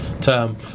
term